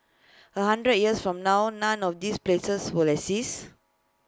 A hundred years from now none of these places will exist